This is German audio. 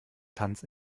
tanz